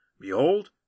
Behold